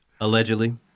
Allegedly